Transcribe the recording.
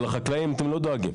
אבל לחקלאים אתם לא דואגים.